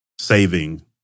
saving